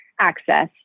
access